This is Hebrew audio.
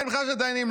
אין בחירה של דיינים.